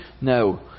No